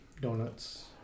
donuts